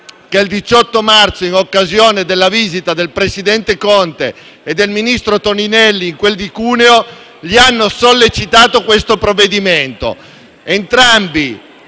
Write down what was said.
che il 18 marzo, in occasione della visita del presidente Conte e del ministro Toninelli in quel di Cuneo, hanno sollecitato questo provvedimento;